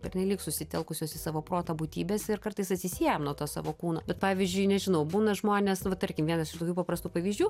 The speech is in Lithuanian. pernelyg susitelkusios į savo protą būtybės ir kartais atsisiejam nuo to savo kūno bet pavyzdžiui nežinau būna žmonės va tarkim vienas iš tokių paprastų pavyzdžių